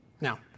Now